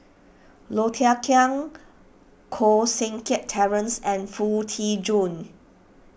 Low Thia Khiang Koh Seng Kiat Terence and Foo Tee Jun